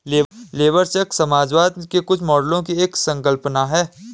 labour cheque समाजवाद के कुछ मॉडलों की एक संकल्पना है